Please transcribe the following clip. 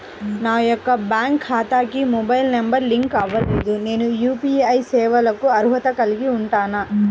నా యొక్క బ్యాంక్ ఖాతాకి మొబైల్ నంబర్ లింక్ అవ్వలేదు నేను యూ.పీ.ఐ సేవలకు అర్హత కలిగి ఉంటానా?